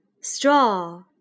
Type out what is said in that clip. straw